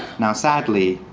now sadly,